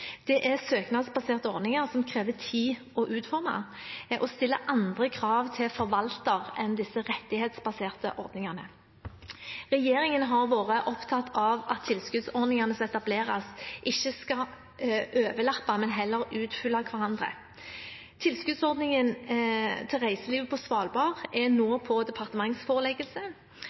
er hardest rammet. Dette er søknadsbaserte ordninger som det tar tid å utforme, og de stiller andre krav til forvalter enn rettighetsbaserte ordninger. Regjeringen har vært opptatt av at tilskuddsordningene som etableres, ikke skal overlappe, men heller utfylle hverandre. Tilskuddsordningen til reiselivet på Svalbard er nå på departementsforeleggelse.